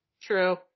True